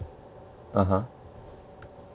(uh huh)